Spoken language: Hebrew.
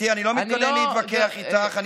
גברתי, אני לא מתכוון להתווכח איתך.